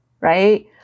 right